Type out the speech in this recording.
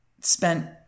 spent